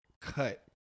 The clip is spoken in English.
cut